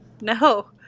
No